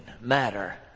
matter